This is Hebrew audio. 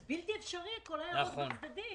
זה בלתי אפשרי, כל ההערות בצדדים.